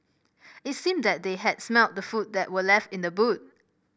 it seemed that they had smelt the food that were left in the boot